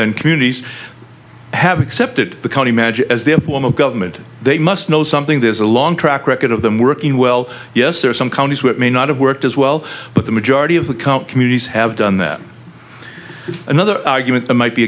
and communities have accepted the county magic as they implement government they must know something there's a long track record of them working well yes there are some counties where it may not have worked as well but the majority of the communities have done that another argument might be